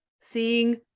seeing